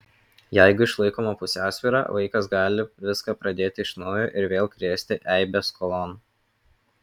jeigu išlaikoma pusiausvyra vaikas gali viską pradėti iš naujo ir vėl krėsti eibes skolon